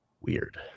weird